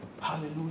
Hallelujah